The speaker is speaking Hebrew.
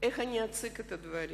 איך אני אציג את הדברים.